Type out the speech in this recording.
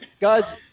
guys